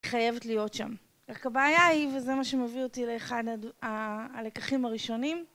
חייבת להיות שם, רק הבעיה היא, וזה מה שמביא אותי לאחד הלקחים הראשונים.